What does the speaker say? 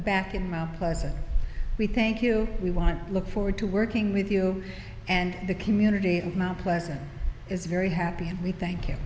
back in my closet we thank you we want to look forward to working with you and the community of mt pleasant is very happy and we thank you